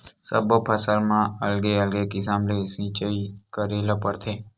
सब्बो फसल म अलगे अलगे किसम ले सिचई करे ल परथे